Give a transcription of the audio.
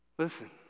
Listen